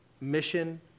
mission